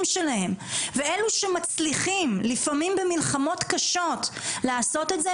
שלהם ואלה שמצליחים לפעמים במלחמות קשות לעשות את זה,